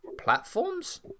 platforms